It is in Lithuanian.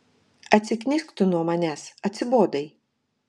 atsiknisk tu nuo manęs atsibodai